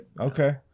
Okay